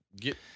get